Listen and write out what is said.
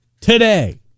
Today